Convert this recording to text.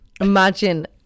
Imagine